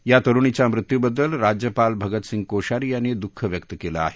या तरूणीच्या मृत्य्बद्दल राज्यपाल भगतसिंह कोश्यारी यांनी द्ःख व्यक्त केलं आहे